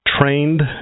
trained